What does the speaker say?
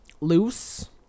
loose